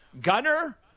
Gunner